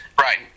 Right